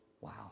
Wow